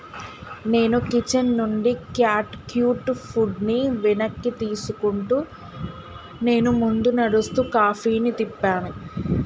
నేను కిచెన్ నుండి cat cute ఫుడ్ని వెనక్కి తీసుకుంటూ నేను ముందు నడుస్తూ కాఫీని తిప్పాను